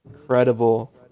incredible